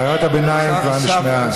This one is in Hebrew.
הערת הביניים כבר נשמעה.